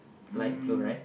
like blue right